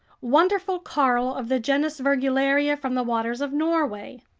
wonderful coral of the genus virgularia from the waters of norway,